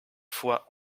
fois